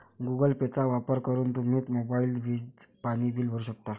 Google पेचा वापर करून तुम्ही मोबाईल, वीज, पाणी बिल भरू शकता